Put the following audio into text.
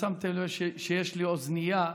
שמתם לב שיש לי אוזנייה?